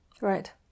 Right